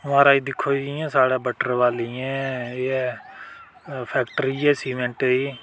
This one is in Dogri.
म्हाराज जि'यां साढ़े बट्टल बालियें एह् ऐ फैक्टरी ऐ सीमैंट दी